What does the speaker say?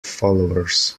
followers